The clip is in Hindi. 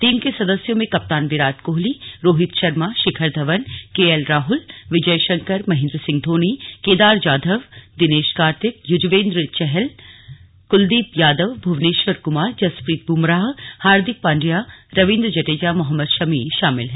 टीम के सदस्यों में कप्तान विराट कोहली रोहित शर्मा शिखर धवन केएल राहुल विजय शंकर महेंद्र सिंह धोनी केदार जाधव दिनेश कार्तिक युजवेंद्र चहल कलदीप यादव भुवनेश्वर कमार जसप्रीत बुमराह हार्दिक पंड्या रविंद्र जडेजा मोहम्मद शमी शामिल हैं